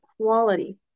quality